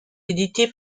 édité